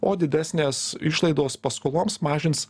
o didesnės išlaidos paskoloms mažins